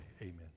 Amen